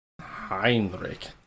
Heinrich